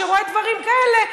כשהוא רואה דברים כאלה,